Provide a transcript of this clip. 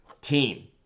team